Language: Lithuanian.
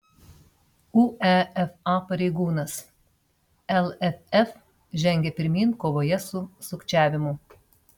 uefa pareigūnas lff žengia pirmyn kovoje su sukčiavimu